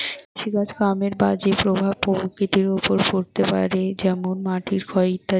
কৃষিকাজ কামের বাজে প্রভাব প্রকৃতির ওপর পড়তে পারে যেমন মাটির ক্ষয় ইত্যাদি